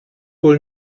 wohl